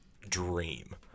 dream